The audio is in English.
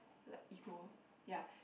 like ego ya